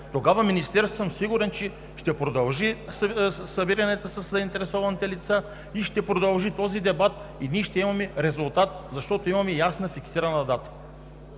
че Министерството ще продължи събиранията със заинтересованите лица и ще продължи този дебат и ние ще имаме резултат, защото имаме ясна фиксирана дата.